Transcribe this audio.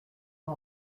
pas